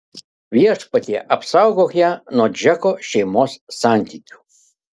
viešpatie apsaugok ją nuo džeko šeimos santykių